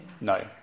No